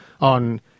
on